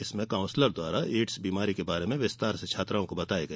इसमें काउंसलर द्वारा एड्स बीमारी के बारे में विस्तार से छात्राओं को बताया गया